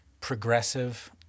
progressive